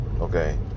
Okay